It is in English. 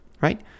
right